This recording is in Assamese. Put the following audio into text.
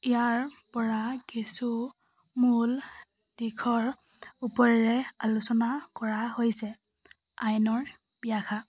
ইয়াৰ পৰা কিছু মূল দিশৰ উপৰেৰে আলোচনা কৰা হৈছে আইনৰ ব্যাখ্যা